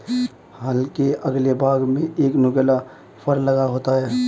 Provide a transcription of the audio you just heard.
हल के अगले भाग में एक नुकीला फर लगा होता है